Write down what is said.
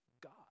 God